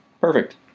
perfect